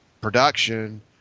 production